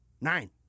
Nine